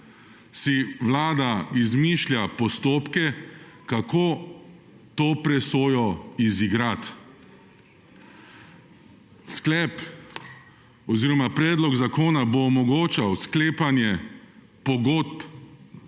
si vlada izmišlja postopke, kako to presojo izigrati. Sklep oziroma predlog zakona bo omogočal sklepanje pogodb,